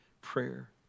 prayer